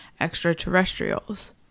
extraterrestrials